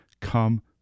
Come